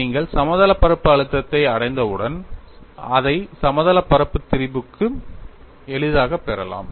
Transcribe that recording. நீங்கள் சமதளப் பரப்பு அழுத்தத்தை அடைந்தவுடன் அதை சமதளப் பரப்பு திரிபுக்கும் எளிதாகப் பெறலாம்